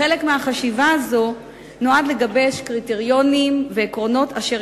חלק מהחשיבה הזאת נועד לגבש קריטריונים ועקרונות אשר